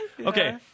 Okay